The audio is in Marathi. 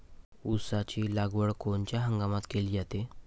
ऊसाची लागवड कोनच्या हंगामात केली जाते?